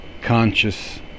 conscious